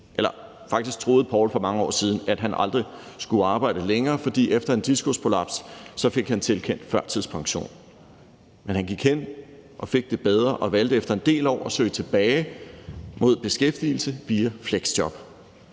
Eller faktisk troede Poul for mange år siden, at han aldrig skulle arbejde længere, for efter en diskusprolaps fik han tilkendt førtidspension, men han gik hen og fik det bedre og valgte efter en del år at søge tilbage mod beskæftigelse via fleksjob.